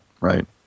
right